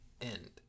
end